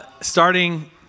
starting